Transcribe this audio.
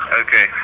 okay